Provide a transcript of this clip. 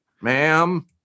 ma'am